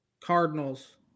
Cardinals